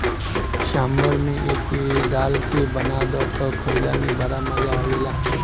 सांभर में एके डाल के बना दअ तअ खाइला में बड़ा मजा आवेला